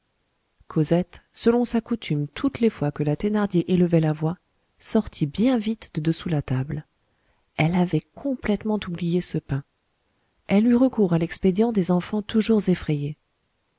cosette selon sa coutume toutes les fois que la thénardier élevait la voix sortit bien vite de dessous la table elle avait complètement oublié ce pain elle eut recours à l'expédient des enfants toujours effrayés